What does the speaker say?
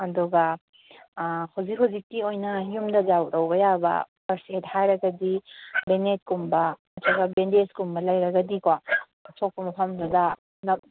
ꯑꯗꯨꯒ ꯍꯧꯖꯤꯛ ꯍꯧꯖꯤꯛꯀꯤ ꯑꯣꯏꯅ ꯌꯨꯝꯗ ꯇꯧꯕ ꯌꯥꯕ ꯐꯥꯔꯁ ꯑꯦꯗ ꯍꯥꯏꯔꯒꯗꯤ ꯕꯦꯟꯑꯦꯗ ꯀꯨꯝꯕ ꯅꯠꯇ꯭ꯔꯒ ꯕꯦꯟꯗꯦꯖ ꯀꯨꯝꯕ ꯂꯩꯔꯒꯗꯤꯀꯣ ꯑꯁꯣꯛꯄ ꯃꯐꯝꯗꯨꯗ